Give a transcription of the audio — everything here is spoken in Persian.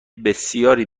بسیار